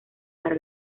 para